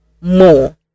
more